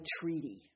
treaty